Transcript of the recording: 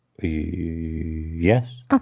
Yes